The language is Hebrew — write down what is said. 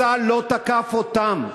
צה"ל לא תקף אותם,